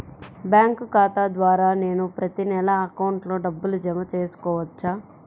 Bank ఖాతా ద్వారా నేను ప్రతి నెల అకౌంట్లో డబ్బులు జమ చేసుకోవచ్చా?